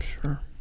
Sure